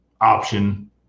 option